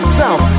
south